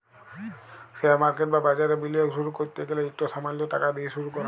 share market বা বাজারে বিলিয়গ শুরু ক্যরতে গ্যালে ইকট সামাল্য টাকা দিঁয়ে শুরু কর